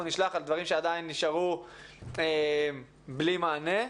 נשלח על דברים שעדיין נשארו בלי מענה.